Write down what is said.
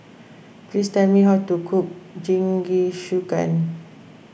please tell me how to cook Jingisukan